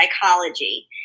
psychology